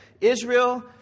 Israel